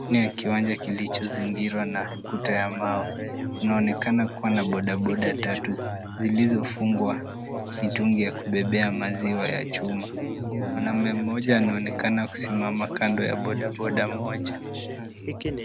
Ndani ya kiwanja kilichozingirwa na kuta ya mawe. Kunaonekana kuwa na bodaboda tatu zilizofungwa mitungi ya kubebea maziwa ya chuma. Mwanaume mmoja anaonekana kusimama kando ya bodaboda moja.